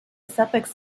suffix